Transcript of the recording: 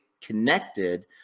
connected